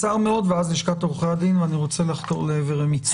ואז לשכת עורכיה דין ואני רוצה לחתור לעבר מיצוי.